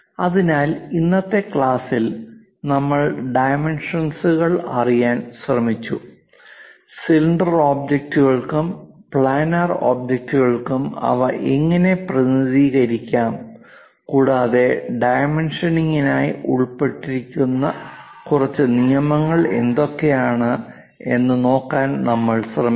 അതിനാൽ ഇന്നത്തെ ക്ലാസ്സിൽ നമ്മൾ ഡൈമെൻഷൻസ്കൾ അറിയാൻ ശ്രമിച്ചു സിലിണ്ടർ ഒബ്ജക്റ്റുകൾക്കും പ്ലാനർ ഒബ്ജക്റ്റുകൾക്കും അവ എങ്ങനെ പ്രതിനിധീകരിക്കാം കൂടാതെ ഈ ഡൈമെൻഷനിംഗിനായി ഉൾപ്പെട്ടിരിക്കുന്ന കുറച്ച് നിയമങ്ങൾ എന്തൊക്കെയാണെന്ന് നോക്കാൻ നമ്മൾ ശ്രമിച്ചു